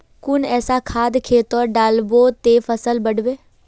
कुन ऐसा खाद खेतोत डालबो ते फसल बढ़बे?